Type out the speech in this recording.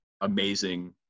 amazing